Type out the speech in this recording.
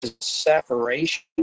separation